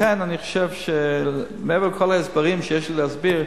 לכן אני חושב שמעבר לכל ההסברים שיש לי להסביר,